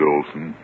Olson